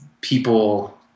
People